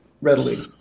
readily